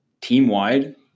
team-wide